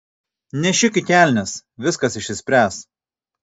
nešik į kelnes viskas išsispręs